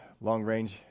long-range